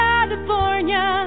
California